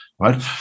right